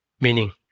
meaning